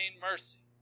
mercy